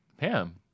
Pam